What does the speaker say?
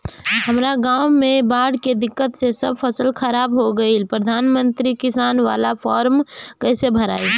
हमरा गांव मे बॉढ़ के दिक्कत से सब फसल खराब हो गईल प्रधानमंत्री किसान बाला फर्म कैसे भड़ाई?